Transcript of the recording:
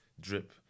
drip